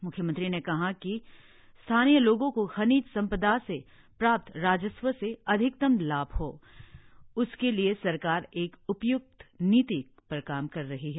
म्ख्यमंत्री ने कहा कि स्थानीय लोगों को खनिज संपदा से प्राप्त राजस्व से अधिक्तम लाभ हो उसके लिए सरकार एक उपयुक्त नीति पर काम कर रही है